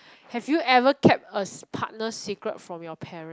have you ever kept a partner secret from your parent